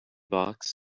box